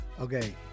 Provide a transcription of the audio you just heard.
okay